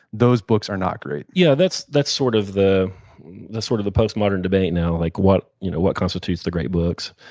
those books are not great? yeah, that's that's sort of the the sort of post-modern debate now, like what you know what constitutes the great books.